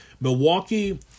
Milwaukee